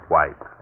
White